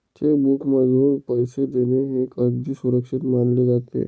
check बुकमधून पैसे देणे हे अगदी सुरक्षित मानले जाते